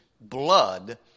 blood